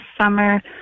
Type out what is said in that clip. summer